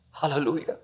Hallelujah